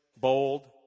bold